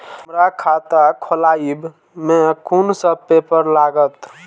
हमरा खाता खोलाबई में कुन सब पेपर लागत?